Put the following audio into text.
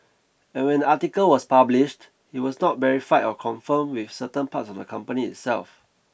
and when the article was published it was not verified or confirmed with certain parts of the company itself